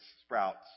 sprouts